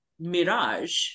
mirage